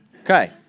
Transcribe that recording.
Okay